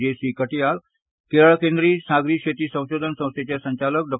जे C Katyal Kerala केंद्रीय सागरी शेती संशोधन संस्थेचे संचालक डॉ